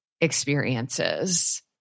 experiences